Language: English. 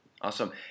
Awesome